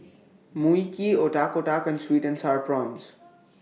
Mui Kee Otak Otak and Sweet and Sour Prawns